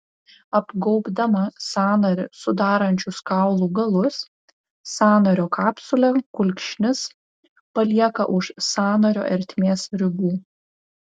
apgaubdama sąnarį sudarančius kaulų galus sąnario kapsulė kulkšnis palieka už sąnario ertmės ribų